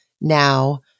now